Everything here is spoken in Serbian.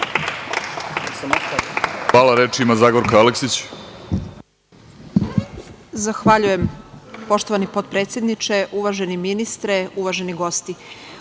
Hvala. Reč ima Zagorka Aleksić.